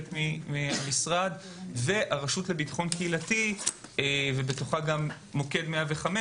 מהמשרד ואת הרשות לביטחון קהילתי ובתוכה מוקד 105,